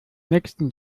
nächsten